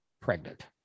pregnant